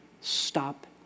Stop